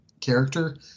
character